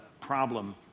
problem